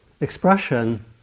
expression